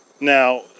Now